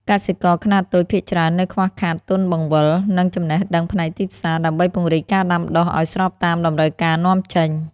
កសិករខ្នាតតូចភាគច្រើននៅខ្វះខាតទុនបង្វិល និងចំណេះដឹងផ្នែកទីផ្សារ ដើម្បីពង្រីកការដាំដុះឱ្យស្របតាមតម្រូវការនាំចេញ។